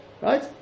Right